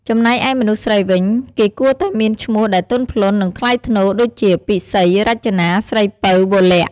ចំំណែកឯមនុស្សស្រីវិញ គេគួរតែមានឈ្មោះដែលទន់ភ្លន់ និង ថ្លៃថ្នូរ ដូចជា ពិសី រចនា ស្រីពៅ វរល័ក្ខ។